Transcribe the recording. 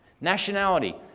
Nationality